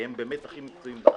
כי הם באמת הכי מקצועיים בארץ.